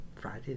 Friday